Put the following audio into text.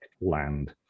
land